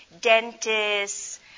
dentists